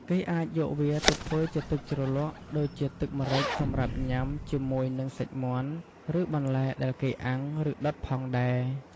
គេអាចយកវាទៅធ្វើជាទឹកជ្រលក់ដូចជាទឹកម្រេចសម្រាប់ញ៉ាំ ជាមួយនិងសាច់មាន់ ឬបន្លែដែលគេអាំង ឬដុតផងដែរ។